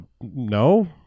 No